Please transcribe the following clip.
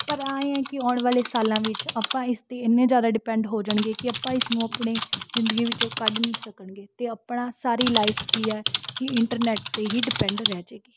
ਪਰ ਐਂ ਹਾਂ ਕਿ ਆਉਣ ਵਾਲੇ ਸਾਲਾਂ ਵਿੱਚ ਆਪਾਂ ਇਸ 'ਤੇ ਇੰਨੇ ਜ਼ਿਆਦਾ ਡੀਪੈਂਡ ਹੋ ਜਾਣਗੇ ਕਿ ਆਪਾਂ ਇਸ ਨੂੰ ਆਪਣੇ ਜ਼ਿੰਦਗੀ ਵਿਚੋਂ ਕੱਢ ਨਹੀਂ ਸਕਣਗੇ ਅਤੇ ਆਪਣਾ ਸਾਰੀ ਲਾਇਫ਼ ਕੀ ਏ ਕਿ ਇੰਟਰਨੈੱਟ 'ਤੇ ਹੀ ਡੀਪੈਂਡ ਰਹਿ ਜੇਗੀ